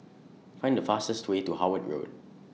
Find The fastest Way to Howard Road